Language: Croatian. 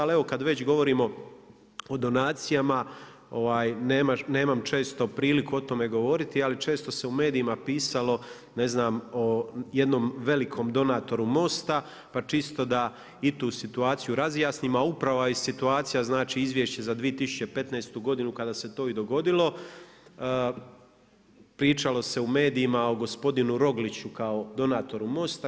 Ali evo kad već govorimo o donacijama nemam često priliku o tome govoriti, ali često se u medijima pisalo ne znam o jednom velikom donatoru MOST-a pa čisto da i tu situaciju razjasnimo, a upravo je situacija znači Izvješće za 2015. godinu kada se to i dogodilo pričalo se u medijima o gospodinu Rogliću kao donatoru MOST-a.